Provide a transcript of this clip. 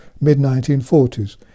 mid-1940s